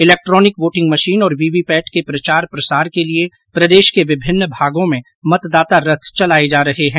electronic voting machine और VVPAT के प्रचार प्रसार के लिये प्रदेश के विभिन्न भागों में मतदाता रथ चलाये जा रहे हैं